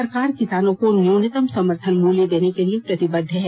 सरकार किसानों को न्यूतम समर्थन मूल्य देने के लिए प्रतिबद्ध है